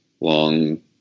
long